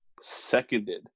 Seconded